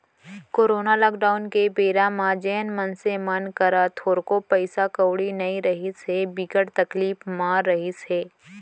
corona lockdown के बेरा म जेन मनसे मन करा थोरको पइसा कउड़ी नइ रिहिस हे, बिकट तकलीफ म रिहिस हे